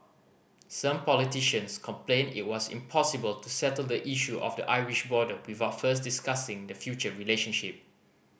some politicians complained it was impossible to settle the issue of the Irish border without first discussing the future relationship